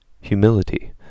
humility